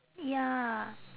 ya